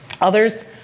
Others